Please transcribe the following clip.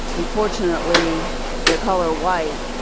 unfortunately the color white